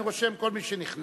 אני רושם כל מי שנכנס,